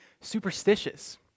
superstitious